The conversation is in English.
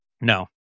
No